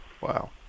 wow